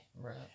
Right